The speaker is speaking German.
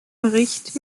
bericht